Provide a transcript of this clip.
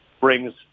brings